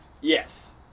Yes